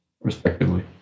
respectively